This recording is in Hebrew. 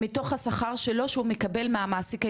מתוך השכר שלו שהוא מקבל מהמעסיק הישראלי.